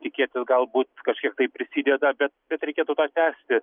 tikėtis galbūt kažkiek tai prisideda bet bet reikėtų tą tęsti